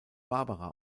barbara